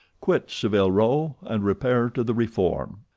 quit saville row, and repair to the reform.